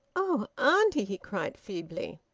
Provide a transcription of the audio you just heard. oh, auntie! he cried feebly.